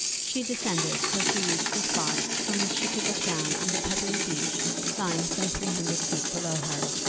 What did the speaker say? she descended till she reached a spot from which she could look down on the pebbly beach lying some three hundred feet below her,